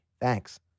thanks